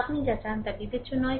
আপনি যা চান তা বিবেচ্য নয়